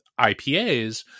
IPAs